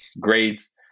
grades